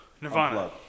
Nirvana